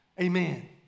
Amen